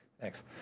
Thanks